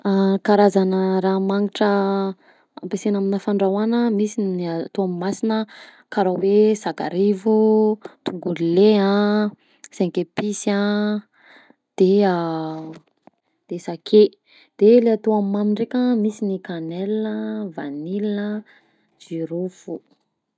Karazana raha magnitra ampiasagna aminà fandrahoagna: misy ny atao masina karaha hoe sakarivo, tongolo ley a, cinq epices a, de de sake, de le atao amy mamy ndraika a, misy ny cannelle a, vanille a, jirofo.